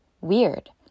weird